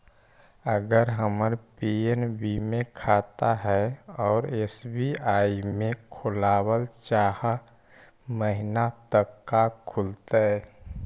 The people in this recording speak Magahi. अगर हमर पी.एन.बी मे खाता है और एस.बी.आई में खोलाबल चाह महिना त का खुलतै?